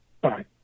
Bye